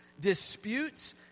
Disputes